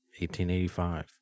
1885